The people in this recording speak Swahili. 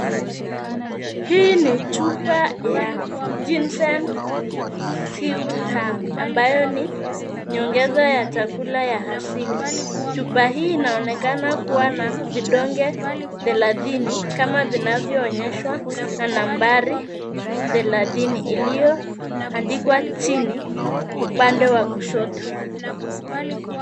Hii ni chupa ya jincen sewtang ambayo ni nyongeza ya chakula ya asili. Chupa hii inaonekana kuwa na vidonge thelathini kama vinavyoonyeshwa na nambari 30 iliyoandikwa chini upande wa kushoto.